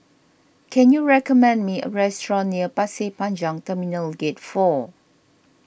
can you recommend me a restaurant near Pasir Panjang Terminal Gate four